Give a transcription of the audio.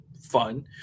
fun